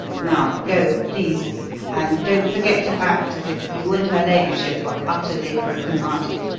now go, please and don't forget to act as if you and her ladyship were utterly broken-hearted.